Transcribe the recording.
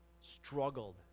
Struggled